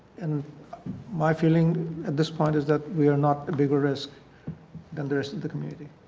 and my feeling at this point is that we are not a bigger risk than the rest of the community.